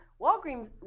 Walgreens